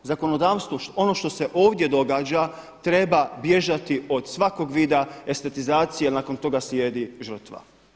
Zakonodavstvo, ono što se ovdje događa treba bježati od svakog vida estetizacije a nakon toga slijedi žrtva.